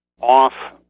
off